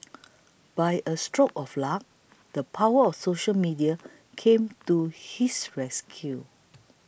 by a stroke of luck the power of social media came to his rescue